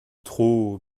trop